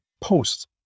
posts